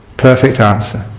perfect answer.